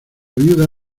viuda